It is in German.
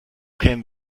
kämen